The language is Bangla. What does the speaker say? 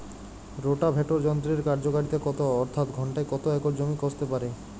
রোটাভেটর যন্ত্রের কার্যকারিতা কত অর্থাৎ ঘণ্টায় কত একর জমি কষতে পারে?